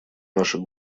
наши